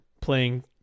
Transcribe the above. playing